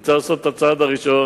צריך לעשות את הצעד הראשון,